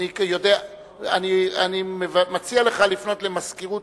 אני מציע לך לפנות למזכירות